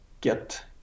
get